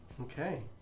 Okay